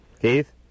Keith